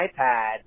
ipad